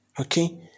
okay